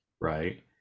right